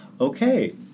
okay